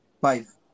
Five